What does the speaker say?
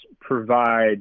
provide